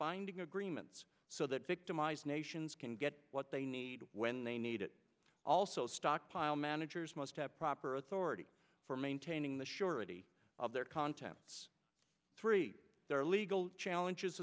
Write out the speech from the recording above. binding agreements so that victimized nations can get what they need when they need it also stockpile managers must have proper authority for maintaining the surety of their contents three their legal challenges